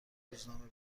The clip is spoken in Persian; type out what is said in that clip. روزنامه